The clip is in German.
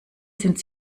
sind